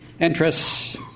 interests